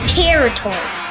territory